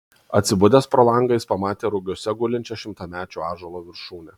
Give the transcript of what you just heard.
atsibudęs pro langą jis pamatė rugiuose gulinčią šimtamečio ąžuolo viršūnę